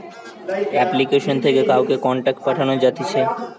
application থেকে কাউকে contact পাঠানো যাতিছে